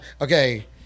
Okay